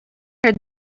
heard